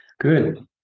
Good